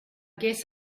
guess